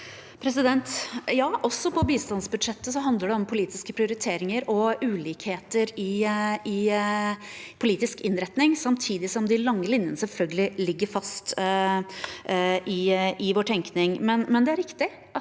på bistandsbudsjettet handler det om politiske prioriteringer og ulikheter i politisk innretning, samtidig som de lange linjene selvfølgelig ligger fast i vår tenkning.